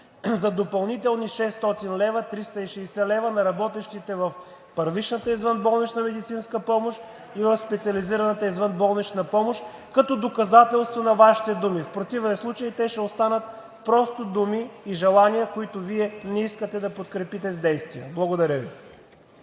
за допълнителни 600 лв., 360 лв. на работещите в първичната извънболнична медицинска помощ и в специализираната извънболнична помощ, като доказателство на Вашите думи. В противен случай те ще останат просто думи и желания, които Вие не искате да подкрепите с действия. Благодаря Ви.